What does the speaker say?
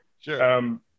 Sure